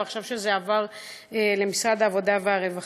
ועכשיו כשזה עבר למשרד העבודה והרווחה.